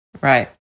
Right